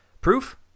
Proof